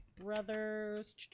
brothers